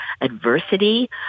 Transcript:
adversity